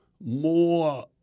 more